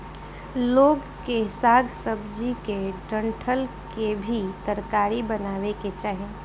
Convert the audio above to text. लोग के साग सब्जी के डंठल के भी तरकारी बनावे के चाही